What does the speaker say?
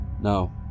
No